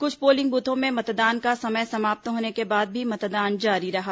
कुछ पोलिंग बूथों में मतदान का समय समाप्त होने के बाद भी मतदान जारी रहा